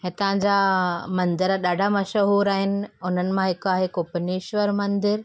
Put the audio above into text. हितां जा मंदरु ॾाढा मशहूरू आहिनि उन्हनि मां हिकु आहे पुनेश्वर मंदरु